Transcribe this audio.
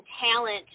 talent